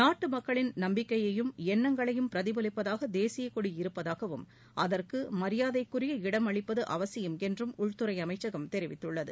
நாட்டுமக்களின் நம்பிக்கையையும் எண்ணங்களையும் பிரதிபலிப்பதாக தேசியக்கொடி இருப்பதாகவும் அதற்கு மரியாதைக்குரிய இடம் அளிப்பது அவசியம் என்றும் உள்துறை அமைச்சகம் தெரிவித்துள்ளது